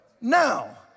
now